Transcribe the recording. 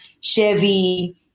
Chevy